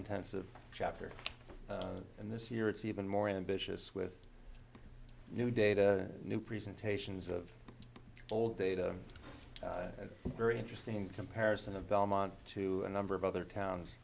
intensive chapter and this year it's even more ambitious with new data new presentations of old data very interesting comparison of belmont to a number of other towns